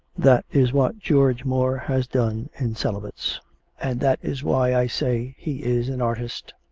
that is what george moore has done in celibates and that is why i say he is an artist.